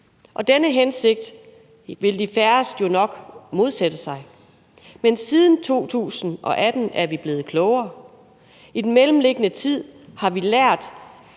og denne hensigt vil de færreste jo nok modsætte sig. Men siden 2018 er vi blevet klogere. I den mellemliggende tid har vi lært,